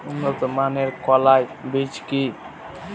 উন্নত মানের কলাই বীজ কি?